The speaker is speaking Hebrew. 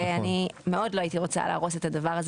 ואני מאוד לא הייתי רוצה להרוס את הדבר הזה